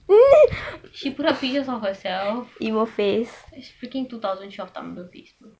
she put up figures on herself it's freaking two thousand twelve tumblr facebook